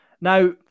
Now